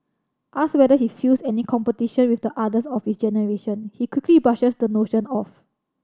asked whether he feels any competition with the others of his generation he quickly brushes the notion off